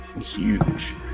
huge